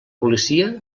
policia